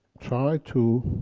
try to